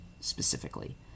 specifically